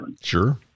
Sure